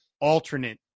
alternate